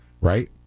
Right